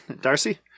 Darcy